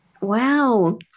Wow